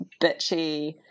bitchy